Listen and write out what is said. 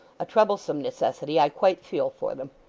a troublesome necessity! i quite feel for them